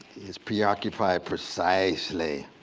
he's preoccupied precisely